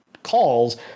calls